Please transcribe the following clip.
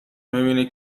میبینی